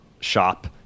shop